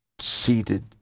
seated